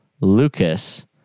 Lucas